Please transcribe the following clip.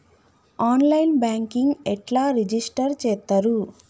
On line banking ఎట్లా register చేత్తరు?